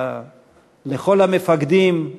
לכל המפקדים,